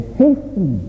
hasten